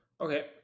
Okay